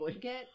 get